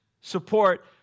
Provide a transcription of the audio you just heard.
support